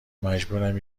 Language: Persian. مجبورم